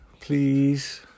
Please